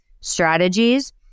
strategies